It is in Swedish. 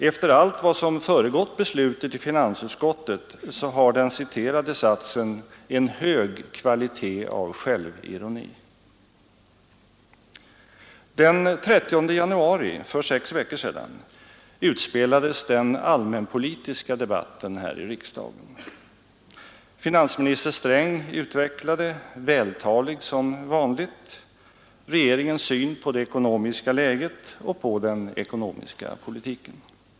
Efter allt vad som föregått beslutet i finansutskottet har den citerade satsen en hög kvalitet av självironi. Den 30 januari 1974 — för sex veckor sedan — utspelades den allmänpolitiska debatten här i riksdagen. Finansminister Sträng utvecklade, vältalig som vanligt, regeringens syn på det ekonomiska läget och på den ekonomiska politiken.